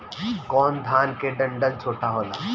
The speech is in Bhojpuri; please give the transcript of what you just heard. कौन धान के डंठल छोटा होला?